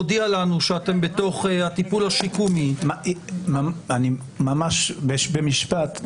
מודיע לנו שאתם בתוך הטיפול השיקומי --- אני ממש במשפט.